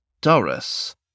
Doris